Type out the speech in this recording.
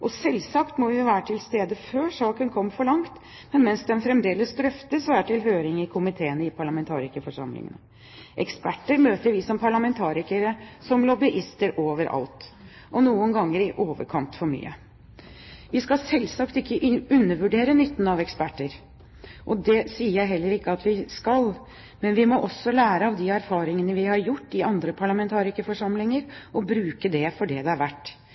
Og selvsagt må vi være til stede før saken er kommet for langt, mens den fremdeles drøftes og er til høring i komiteene til parlamentarikerforsamlingene. Eksperter møter vi som parlamentarikere som lobbyister overalt, og noen ganger i overkant mye. Vi skal selvsagt ikke undervurdere nytten av eksperter, og det sier jeg heller ikke at vi skal, men vi må også lære av de erfaringene vi har gjort i andre parlamentarikerforsamlinger, og bruke det for det det er verdt. Vi politikere snakker samme språk og har